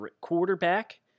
quarterback